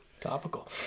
Topical